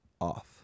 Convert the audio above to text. off